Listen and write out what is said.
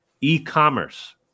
e-commerce